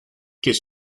qu’est